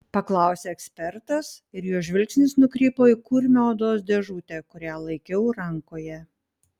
paklausė ekspertas ir jo žvilgsnis nukrypo į kurmio odos dėžutę kurią laikiau rankoje